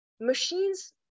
Machines